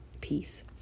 peace